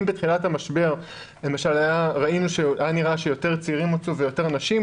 אם בתחילת המשבר נראה היה שהוצאו יותר צעירים ונשים,